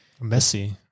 Messy